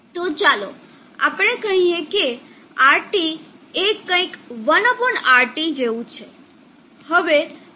તો ચાલો આપણે કહીએ કે RT એ કંઈક 1 RT જેવું છે